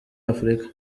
afurika